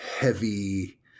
heavy